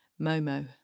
Momo